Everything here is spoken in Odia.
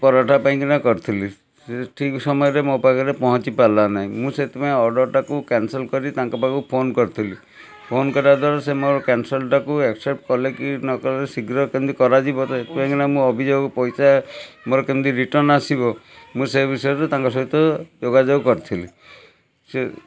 ପରଟା ପାଇଁକିନା କରିଥିଲି ସେ ଠିକ୍ ସମୟରେ ମୋ ପାଖେରେ ପହଞ୍ଚି ପାରିଲା ନାହିଁ ମୁଁ ସେଥିପାଇଁ ଅର୍ଡ଼ରଟାକୁ କ୍ୟାନସଲ୍ କରି ତାଙ୍କ ପାଖକୁ ଫୋନ୍ କରିଥିଲି ଫୋନ୍ କରିବା ଦ୍ୱାରା ସେ ମୋର କ୍ୟାନସଲ୍ଟାକୁ ଆକସେପ୍ଟ କଲେ କି ନ କଲେ ଶୀଘ୍ର କେମିତି କରାଯିବ ସେଥିପାଇଁକିନା ମୁଁ ଅଭିଯୋଗ ପଇସା ମୋର କେମିତି ରିଟର୍ନ ଆସିବ ମୁଁ ସେ ବିଷୟରେ ତାଙ୍କ ସହିତ ଯୋଗାଯୋଗ କରିଥିଲି ସିଏ